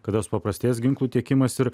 kada supaprastės ginklų tiekimas ir